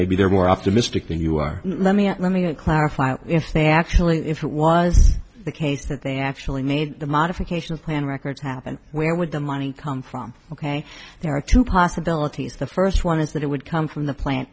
maybe they're more optimistic and you are less let me clarify if they actually if it was the case that they actually made the modification of plan records happened where would the money come from ok there are two possibilities the first one is that it would come from the plant